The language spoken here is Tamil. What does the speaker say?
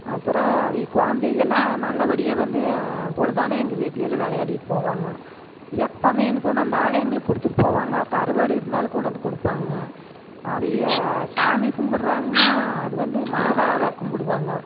அப்புறம் அவக குழந்தைகள்லாம் நல்ல படியாக வந்து பொழுதானாக எங்கள் வீட்டில் எல்லாம் விளையாடிட்டு போவாங்க எப்போ மீன் கொண்டு வந்தாலும் எங்களுக்கு கொடுத்துட்டு போவாங்க கருவாடு இருந்தாலும் கொண்டு வந்து கொடுப்பாங்க அவங்க சாமி கும்பிடுறாங்கன்னா அது வந்து மாதாவை கும்பிடுவாங்க